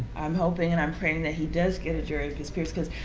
i'm hoping and i'm praying that he does get a jury of his peers cause,